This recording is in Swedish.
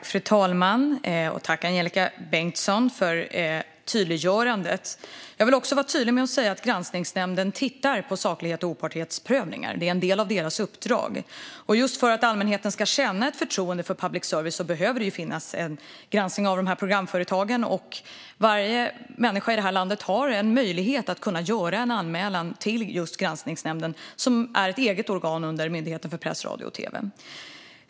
Fru talman! Tack, Angelika Bengtsson, för tydliggörandet! Jag vill också vara tydlig med att säga att granskningsnämnden tittar på saklighets och opartiskhetsprövningar. Det är en del av deras uppdrag, och just för att allmänheten ska känna ett förtroende för public service behöver det ju finnas en granskning av de här programföretagen. Varje människa i det här landet har möjlighet att göra en anmälan till just granskningsnämnden, som är ett eget organ under Myndigheten för press, radio och tv.